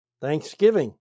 Thanksgiving